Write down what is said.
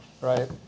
right